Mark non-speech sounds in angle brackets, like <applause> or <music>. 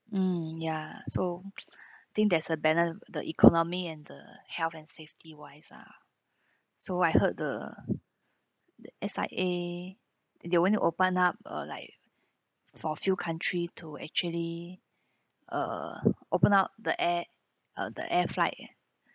mm ya so <noise> <breath> think there's a banner the economy and the health and safety wise ah so I heard the the S_I_A they went to open up uh like for few country to actually uh open up the air uh the air flight